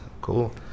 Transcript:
Cool